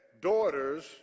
daughters